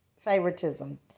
favoritism